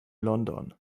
london